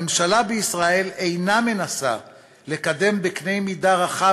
הממשלה בישראל אינה מנסה לקדם בקנה-מידה רחב